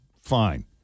fine